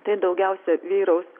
tai daugiausia vyraus